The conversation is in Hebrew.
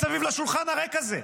מסביב לשולחן הריק הזה,